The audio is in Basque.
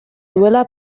duela